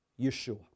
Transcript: Yeshua